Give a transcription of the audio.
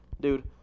dude